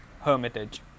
hermitage